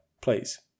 please